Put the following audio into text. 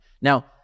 Now